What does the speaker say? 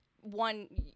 one